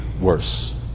worse